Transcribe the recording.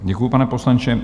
Děkuji, pane poslanče.